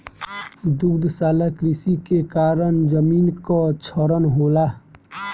दुग्धशाला कृषि के कारण जमीन कअ क्षरण होला